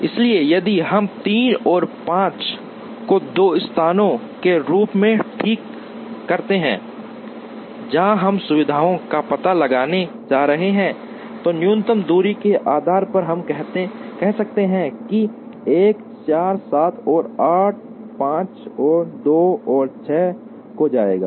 इसलिए यदि हम 3 और 5 को दो स्थानों के रूप में ठीक करते हैं जहां हम सुविधाओं का पता लगाने जा रहे हैं तो न्यूनतम दूरी के आधार पर हम कह सकते हैं कि 1 4 7 और 8 5 और 2 और 6 को जाएंगे